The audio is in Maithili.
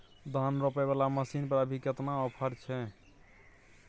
धान रोपय वाला मसीन पर अभी केतना ऑफर छै?